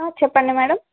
చెప్పండి మేడం